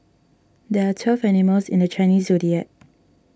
there are twelve animals in the Chinese zodiac